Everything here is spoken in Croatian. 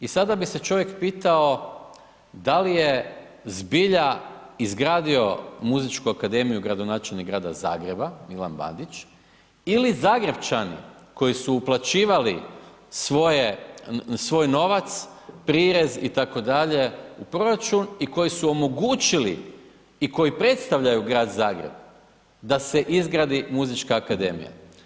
I sada bi se čovjek pitao da li je zbilja izgradio Muzičku akademiju gradonačelnik Grada Zagreba, Milan Bandić, ili Zagrepčani koji su uplaćivali svoje, svoj novac, prirez i tako dalje u proračun, i koji su omogućili i koji predstavljaju Grad Zagreb da se izgradi Muzička akademija.